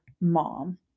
mom